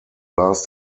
last